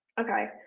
okay